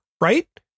right